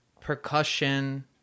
percussion